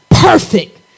perfect